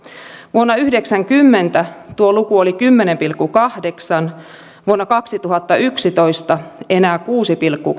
vuonna yhdeksänkymmentä tuo luku oli kymmenen pilkku kahdeksan vuonna kaksituhattayksitoista enää kuuden pilkku